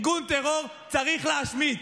ארגון טרור צריך להשמיד,